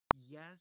Yes